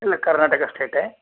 ಇಲ್ಲ ಕರ್ನಾಟಕ ಸ್ಟೇಟೇ